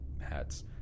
hats